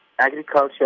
agriculture